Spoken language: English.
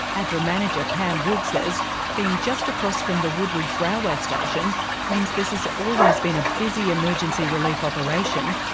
adra manager pam wood says being just across from the woodridge railway station means this has always been a busy emergency relief operation,